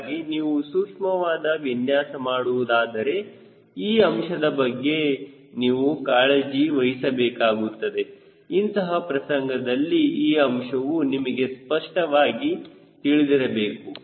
ಹೀಗಾಗಿ ನೀವು ಸೂಕ್ಷ್ಮವಾದ ವಿನ್ಯಾಸ ಮಾಡುವುದಾದರೆ ಈ ಅಂಶದ ಬಗ್ಗೆ ನೀವು ಕಾಳಜಿ ವಹಿಸಬೇಕಾಗುತ್ತದೆ ಇಂತಹ ಪ್ರಸಂಗದಲ್ಲಿ ಈ ಅಂಶವು ನಿಮಗೆ ಸ್ಪಷ್ಟವಾಗಿ ತಿಳಿದಿರಬೇಕು